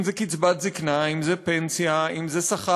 אם זה קצבת זיקנה, אם זו פנסיה, אם זה שכר.